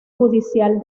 judicial